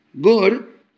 good